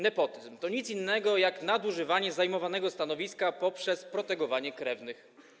Nepotyzm to nic innego jak nadużywanie zajmowanego stanowiska poprzez protegowanie krewnych.